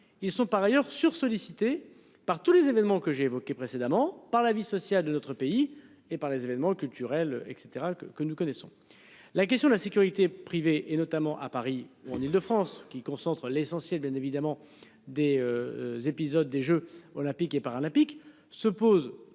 Ils sont par ailleurs sur sollicité par tous les événements que j'évoquais précédemment par la vie sociale de notre pays et par les événements culturels et cetera que que nous connaissons. La question de la sécurité privée et notamment à Paris ou en Île-de-France, qui concentre l'essentiel bien évidemment des. Épisodes des Jeux olympiques et paralympiques se pose